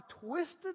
twisted